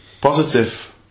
Positive